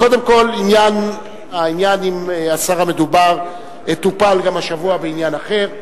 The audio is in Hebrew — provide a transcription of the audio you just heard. קודם כול העניין עם השר המדובר יטופל גם השבוע בעניין אחר.